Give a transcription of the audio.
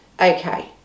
Okay